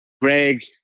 Greg